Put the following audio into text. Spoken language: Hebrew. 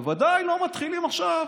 בוודאי, לא מתחילים עכשיו: